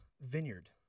vineyard